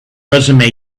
resume